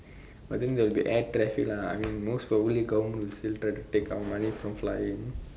but then there will air traffic lah most probably the government will still try to take our money for flying